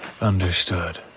Understood